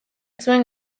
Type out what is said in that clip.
zuen